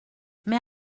mais